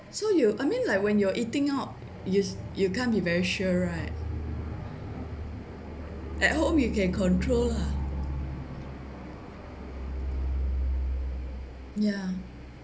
so you I mean like when you're eating out you you can't be very sure right at home you can control lah ya